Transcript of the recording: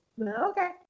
Okay